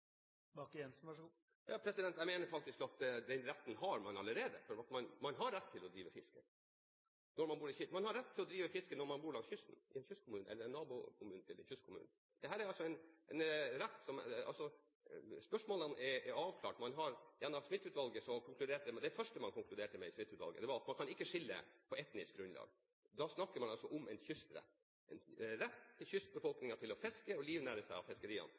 Jeg mener faktisk at den retten har man allerede, for man har rett til å drive fiske. Man har rett til å drive fiske når man bor langs kysten, i en kystkommune eller i en nabokommune til en kystkommune. Spørsmålene er avklart. Det første man konkluderte med i Smith-utvalget, var at man ikke kan skille på etnisk grunnlag. Da snakker man altså om en kystrett – en rett for kystbefolkningen til å fiske og livnære seg av fiskeriene.